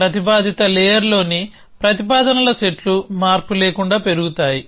ప్రతిపాదిత లేయర్లోని ప్రతిపాదనల సెట్లు మార్పు లేకుండా పెరుగుతాయి